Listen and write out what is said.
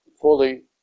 fully